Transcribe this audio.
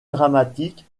dramatique